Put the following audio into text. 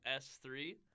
S3